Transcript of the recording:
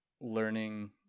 learning